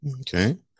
Okay